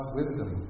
wisdom